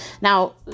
Now